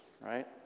right